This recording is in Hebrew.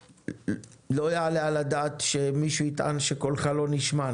לא יעלה על הדעת שמישהו יטען שקולך לא נשמע,